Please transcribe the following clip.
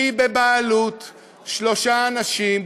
שהיא בבעלות שלושה אנשים,